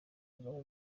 kagame